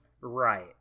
Right